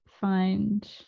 find